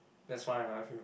that's fine lah I feel